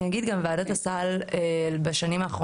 אני גם אגיד שבשנים האחרונות,